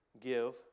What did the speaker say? give